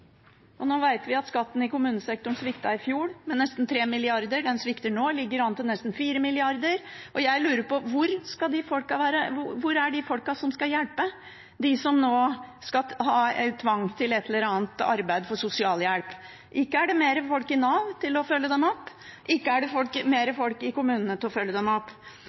null. Nå vet vi at skatteinntektene i kommunesektoren sviktet med nesten 3 mrd. kr i fjor, de svikter nå, det ligger an til nesten 4 mrd. kr, og jeg lurer på: Hvor er de menneskene som skal hjelpe dem som nå skal tvinges til et eller annet arbeid for sosialhjelp? Ikke er det flere folk i Nav til å følge dem opp, og ikke er det flere folk i kommunene til å følge dem opp.